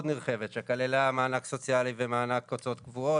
נרחבת שכללה מענק סוציאלי ומענק הוצאות קבועות,